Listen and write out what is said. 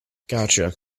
gotcha